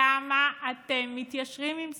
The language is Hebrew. למה אתם מתיישרים עם זה?